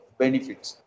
benefits